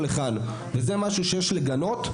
או לכאן וזה משהו שיש לגנות,